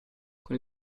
con